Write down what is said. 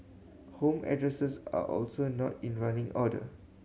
home addresses are also not in running order